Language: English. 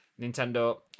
nintendo